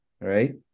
right